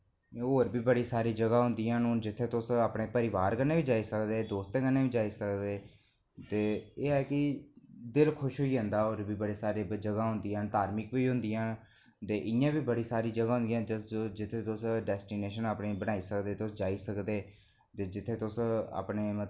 होर बी बड़ी सारी जगह होंदियां न हून जित्थें तुस अपने परिवार कन्नै बी जाई सकदे दोसेतें कन्नै बी जाई सकदे ते एह् ऐ की दिल खुश होई जंदा होर बी बड़ी सारी जगह होंदियां न धार्मिक बी होंदियां ते इंया बी बड़ी सारी जगह होंदियां जित्थें तुस डेस्टीनेशन अपनी बनाई सकदे तुस जाई सकदे ते जित्थें तुस अपनी